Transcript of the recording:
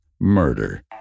murder